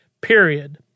period